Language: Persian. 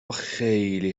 خیلی